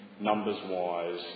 numbers-wise